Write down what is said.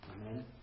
Amen